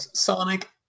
Sonic